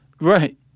Right